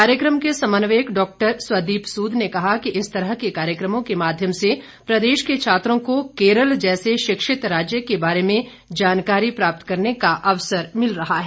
कार्यक्रम के समन्वयक डॉक्टर स्वदीप सूद ने कहा कि इस तरह के कार्यक्रमों के माध्यम से प्रदेश के छात्रों को केरल जैसे शिक्षित राज्य के बारे में जानकारी प्राप्त करने का अवसर मिल रहा है